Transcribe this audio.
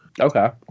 Okay